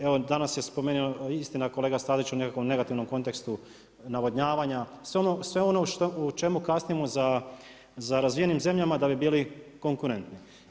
Evo danas je spomenuo i kolega Stazić u nekakvom negativnom kontekstu navodnjavanja, sve ono u čemu kasnim za razvijenim zemljama da bi bili konkurentniji.